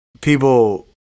people